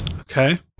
okay